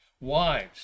Wives